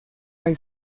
hay